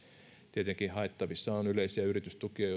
tietenkin haettavissa on yleisiä yritystukia